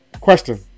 question